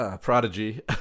prodigy